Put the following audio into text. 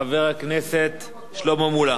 חבר הכנסת שלמה מולה.